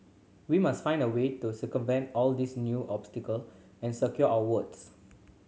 we must find a way to circumvent all these new obstacle and secure our votes